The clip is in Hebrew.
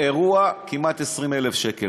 אירוע של כמעט 20,000 שקל.